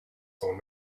phone